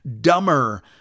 dumber